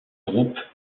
groupe